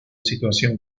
situación